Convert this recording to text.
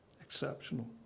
Exceptional